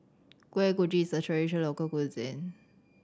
Kuih Kochi is a traditional local cuisine